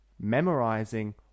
memorizing